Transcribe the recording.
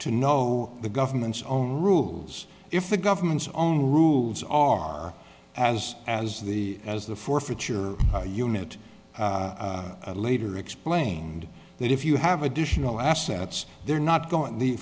to know the government's own rules if the government's own rules are as as the as the forfeiture unit later explained that if you have additional assets they're not going the